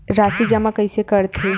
राशि जमा कइसे करथे?